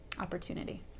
opportunity